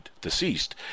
deceased